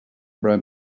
brand